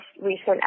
recent